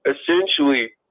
essentially